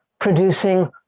producing